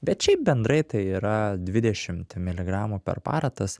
bet šiaip bendrai tai yra dvidešimt miligramų per parą tas